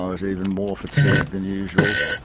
i was even more fatigued than usual.